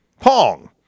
Pong